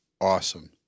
awesome